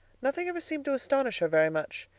nothing ever seemed to astonish her very much.